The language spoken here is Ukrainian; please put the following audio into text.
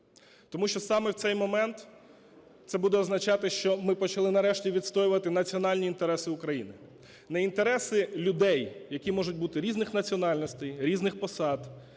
Тому що саме в цей момент це буде означати, що ми почали нарешті відстоювати національні інтереси України. Не інтереси людей, які можуть бути різних національностей, різних посад